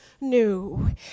new